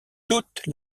toute